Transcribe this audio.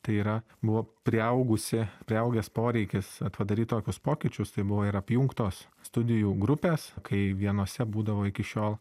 tai yra buvo priaugusi priaugęs poreikis padaryt tokius pokyčius tai buvo ir apjungtos studijų grupės kai vienose būdavo iki šiol